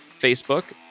Facebook